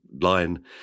line